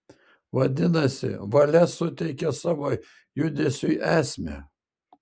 vadinasi valia suteikia savo judesiui esmę